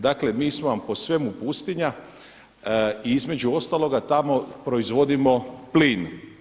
Dakle mi smo vam po svemu pustinja i između ostaloga tamo proizvodimo plin.